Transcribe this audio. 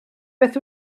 beth